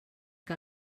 que